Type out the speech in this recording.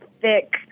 thick